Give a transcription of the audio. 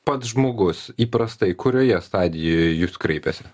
pats žmogus įprastai kurioje stadijoje jis kreipiasi